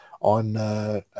on